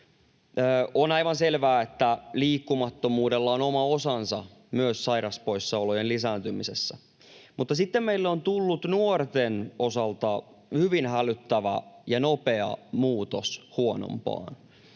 On aivan selvää, että liikkumattomuudella on oma osansa myös sairauspoissaolojen lisääntymisessä, mutta sitten meillä on tullut nuorten osalta hyvin hälyttävä ja nopea muutos huonompaan.